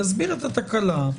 יסביר את התקלה.